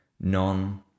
non